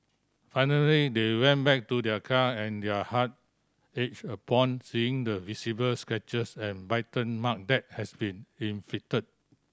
finally they went back to their car and their heart ached upon seeing the visible scratches and bite mark that had been inflicted